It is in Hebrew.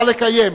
נא לקיים.